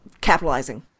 capitalizing